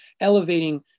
elevating